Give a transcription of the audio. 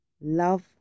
love